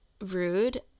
rude